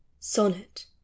Sonnet